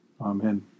Amen